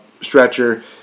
stretcher